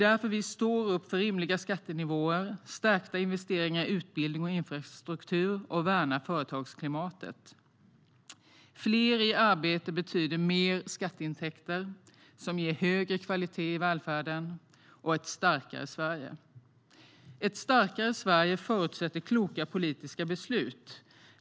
Därför står vi upp för rimliga skattenivåer, stärkta investeringar i utbildning och infrastruktur och värnar företagsklimatet. Fler i arbete betyder mer skatteintäkter som ger högre kvalitet i välfärden och ett starkare Sverige. Ett starkare Sverige förutsätter kloka politiska beslut.